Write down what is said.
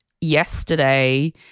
yesterday